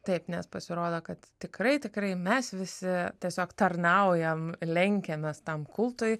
taip nes pasirodo kad tikrai tikrai mes visi tiesiog tarnaujam lenkiamės tam kultui